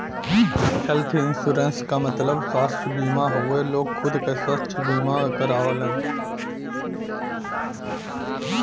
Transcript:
health insurance क मतलब स्वस्थ बीमा हउवे लोग खुद क स्वस्थ बीमा करावलन